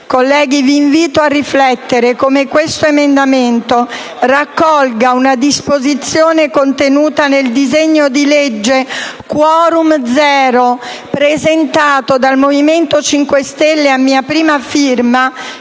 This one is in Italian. Colleghi, vi invito a riflettere come questo emendamento raccolga una disposizione contenuta nel disegno di legge «*quorum* zero», presentato dal Movimento 5 Stelle e a mia prima firma,